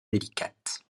délicate